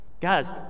guys